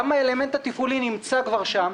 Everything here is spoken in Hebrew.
גם האלמנט התפעולי כבר נמצא שם,